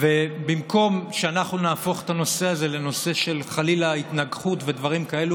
במקום שאנחנו נהפוך את הנושא הזה לנושא של התנגחות ודברים כאלה,